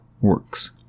works